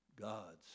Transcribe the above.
God's